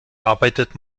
arbeitet